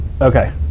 Okay